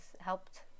helped